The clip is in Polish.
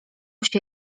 się